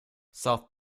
south